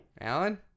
Alan